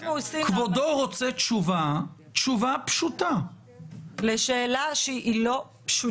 אנחנו עושים --- כבודו רוצה תשובה פשוטה ---- לשאלה שהיא לא פשוטה.